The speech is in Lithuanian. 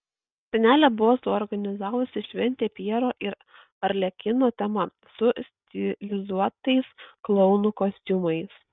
senelė buvo suorganizavusi šventę pjero ir arlekino tema su stilizuotais klounų kostiumais